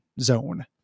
zone